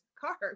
car